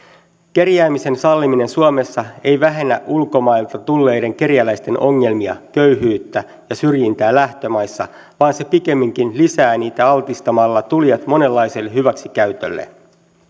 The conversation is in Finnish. kerjäämisen salliminen suomessa ei vähennä ulkomailta tulleiden kerjäläisten ongelmia köyhyyttä ja syrjintää lähtömaissa vaan se pikemminkin lisää niitä altistamalla tulijat monenlaiselle hyväksikäytölle